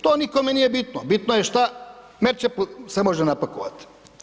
To nikome nije bitno, bitno je što Merčepu se može napakovati.